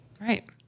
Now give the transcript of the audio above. Right